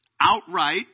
outright